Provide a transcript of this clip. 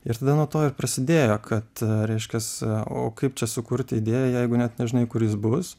ir tada nuo to ir prasidėjo kad reiškias a o kaip čia sukurti idėją jeigu net nežinai kur jis bus